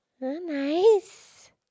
Nice